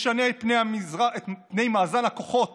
משנה את מאזן הכוחות